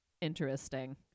interesting